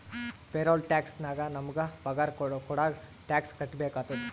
payroll tax ನಾಗ್ ನಮುಗ ಪಗಾರ ಕೊಡಾಗ್ ಟ್ಯಾಕ್ಸ್ ಕಟ್ಬೇಕ ಆತ್ತುದ